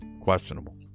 questionable